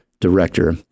director